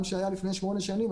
גם לפני שמונה שנים,